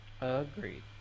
Agreed